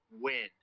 win